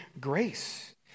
grace